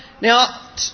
Now